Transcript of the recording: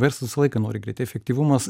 verslas visą laiką nori greitai efektyvumas